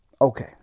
Okay